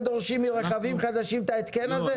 דורשים מרכבים חדשים את ההתקן הזה?